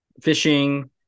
fishing